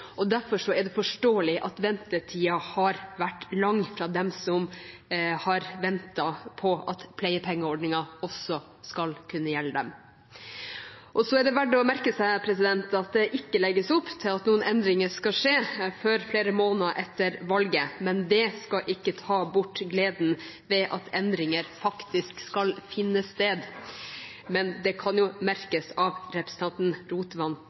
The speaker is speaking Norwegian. og derfor er det forståelig at ventetiden har vært lang for dem som har ventet på at pleiepengeordningen også skal kunne gjelde dem. Det er også verdt å merke seg at det ikke legges opp til at endringer skal skje før flere måneder etter valget. Det skal ikke ta bort gleden ved at endringer faktisk skal finne sted, men representanten Rotevatn kan